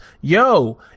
Yo